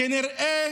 כנראה